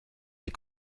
les